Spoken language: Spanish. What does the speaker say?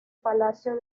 palacio